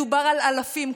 מדובר על אלפים,